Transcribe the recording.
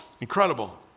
incredible